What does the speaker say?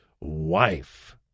wife